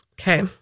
okay